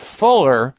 fuller